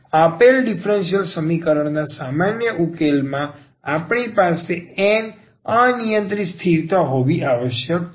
તેથી આપેલ ડીફરન્સીયલ સમીકરણના અહીંના સામાન્ય ઉકેલમાં આપણી પાસે n અનિયંત્રિત સ્થિરતા હોવી આવશ્યક છે